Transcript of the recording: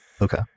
Okay